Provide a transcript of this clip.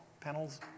panels